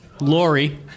Lori